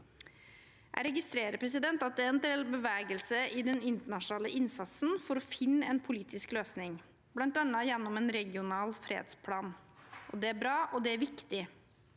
Jeg registrerer at det er en del bevegelse i den internasjonale innsatsen for å finne en politisk løsning, bl.a. gjennom en regional fredsplan. Det er bra, og det er viktig,